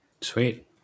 Sweet